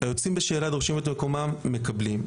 היוצאים בשאלה דורשים את מקומם ומקבלים,